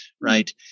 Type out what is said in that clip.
right